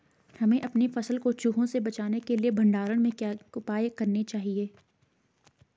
हमें अपनी फसल को चूहों से बचाने के लिए भंडारण में क्या उपाय करने चाहिए?